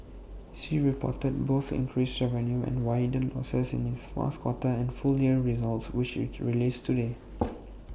sea reported both increased revenues and wider losses in its fourth quarter and full year results which IT released today